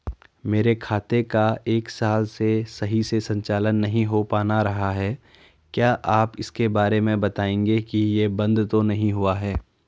मेरे खाते का एक साल से सही से संचालन नहीं हो पाना रहा है क्या आप इसके बारे में बताएँगे कि ये बन्द तो नहीं हुआ है?